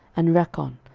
and rakkon,